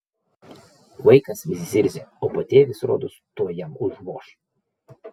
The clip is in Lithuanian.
vaikas vis zirzė o patėvis rodos tuoj jam užvoš